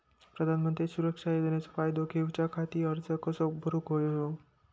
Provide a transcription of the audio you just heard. प्रधानमंत्री सुरक्षा योजनेचो फायदो घेऊच्या खाती अर्ज कसो भरुक होयो?